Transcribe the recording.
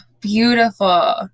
Beautiful